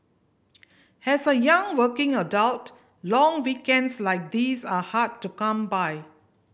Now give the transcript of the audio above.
has a young working adult long weekends like these are hard to come by